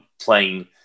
playing